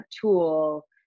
tool